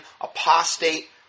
apostate